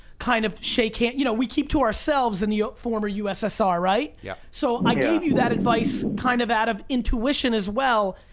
kind of, shake hand. you know, we keep to ourselves in the former ussr. yeah so i gave you that advice kind of out of intuition as well.